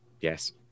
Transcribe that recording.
Yes